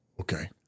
okay